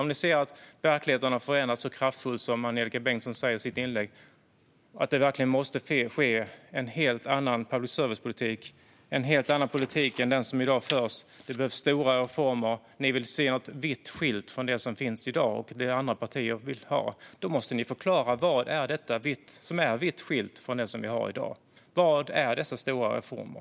Om ni anser att verkligheten har förändrats så kraftfullt som Angelika Bengtsson sa i sitt inlägg - om ni anser att det måste föras en helt annan public service-politik än den som i dag förs samt att det behövs stora reformer och om ni vill se något vitt skilt från det som finns i dag och från det som andra partier vill ha - måste ni förklara vad det är som är vitt skilt från det vi har i dag. Vilka är dessa stora reformer?